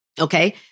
Okay